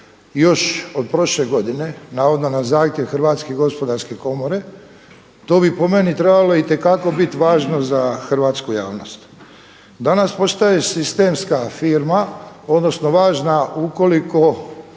još od prošle godine navodno na zahtjev Hrvatske gospodarske komore, to bi po meni trebalo itekako trebalo biti važno za hrvatsku javnost. Danas postoji sistemska firma odnosno važna ukoliko